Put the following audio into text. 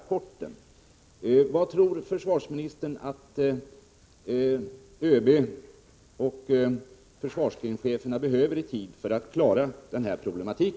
Hur lång tid tror försvarsministern att överbefälhavaren och försvarsgrenscheferna behöver för att klara denna problematik?